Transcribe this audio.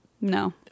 No